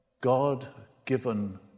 God-given